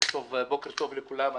בוקר טוב לכולם.